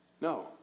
no